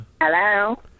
Hello